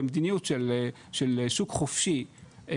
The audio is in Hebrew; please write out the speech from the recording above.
במדיניות של שוק חופשי,